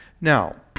now